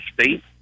state